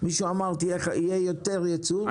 מישהו אמר יהיה יותר ייצור,